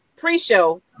Pre-show